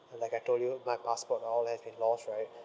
like I told you my passport all has been lost right